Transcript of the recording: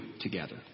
together